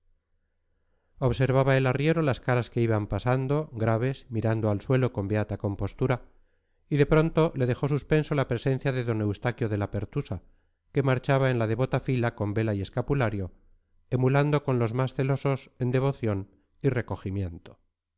observaba el arriero las caras que iban pasando graves mirando al suelo con beata compostura y de pronto le dejó suspenso la presencia de d eustaquio de la pertusa que marchaba en la devota fila con vela y escapulario emulando con los más celosos en devoción y recogimiento